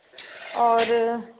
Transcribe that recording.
और